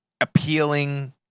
appealing